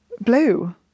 Blue